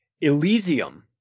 Elysium